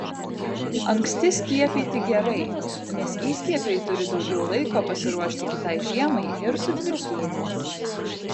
anksti skiepyti gerai nes įskiepiai turi daugiau laiko pasiruošti kitai žiemai ir sutvirtėti